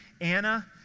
Anna